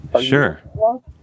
Sure